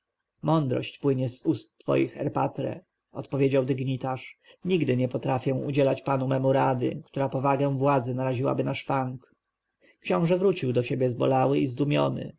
mądrość płynie z ust twoich erpatre odpowiedział dygnitarz nigdy nie potrafię udzielać panu memu rady która powagę władzy naraziłaby na szwank książę wrócił do siebie zbolały i zdumiony